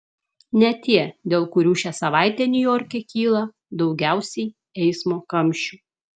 ne tie dėl kurių šią savaitę niujorke kyla daugiausiai eismo kamščių